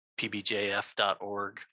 pbjf.org